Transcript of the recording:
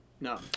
No